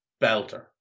belter